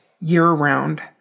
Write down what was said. year-round